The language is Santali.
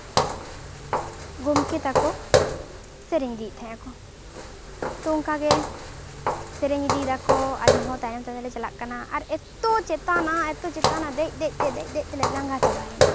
ᱜᱚᱢᱠᱮ ᱛᱟᱠᱚ ᱥᱮᱨᱮᱧ ᱤᱫᱤᱭᱮᱫ ᱛᱟᱦᱮᱸᱜᱼᱟᱠᱚ ᱛᱚ ᱚᱱᱠᱟ ᱜᱮ ᱥᱮᱨᱮᱧ ᱤᱫᱤᱭ ᱫᱟᱠᱚ ᱟᱞᱮ ᱦᱚᱸ ᱛᱟᱭᱚᱢ ᱛᱟᱭᱚᱢ ᱛᱮᱞᱮ ᱪᱟᱞᱟᱜ ᱠᱟᱱᱟ ᱟᱨ ᱮᱛᱚ ᱪᱮᱛᱟᱱᱟ ᱮᱛᱚ ᱪᱮᱛᱟᱱᱟ ᱫᱮᱡ ᱫᱮᱡ ᱛᱮ ᱫᱮᱡ ᱫᱮᱡ ᱛᱮᱞᱮ ᱞᱟᱸᱜᱟ ᱪᱟᱵᱟᱭᱱᱟ